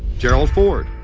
gerald ford,